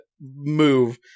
move